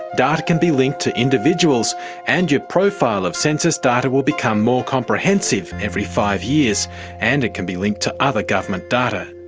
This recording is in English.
data can be linked to individuals and your profile of census data will become more comprehensive every five years and it can be linked to other government data.